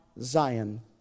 Zion